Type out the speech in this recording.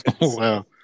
wow